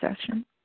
session